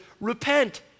repent